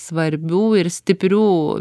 svarbių ir stiprių